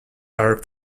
are